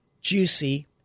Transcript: juicy